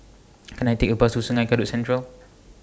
Can I Take A Bus to Sungei Kadut Central